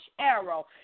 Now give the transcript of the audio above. arrow